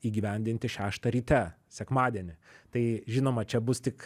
įgyvendinti šeštą ryte sekmadienį tai žinoma čia bus tik